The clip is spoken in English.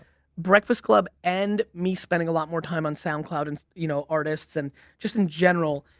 breakfast club and me spending a lot more time on soundcloud and you know, artists and just in general.